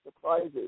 surprises